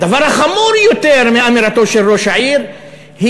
הדבר החמור יותר מאמירתו של ראש העיר הוא